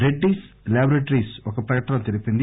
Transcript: Reddy laboratories ఒక ప్రకటనలో తెలిపింది